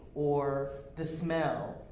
or the smell,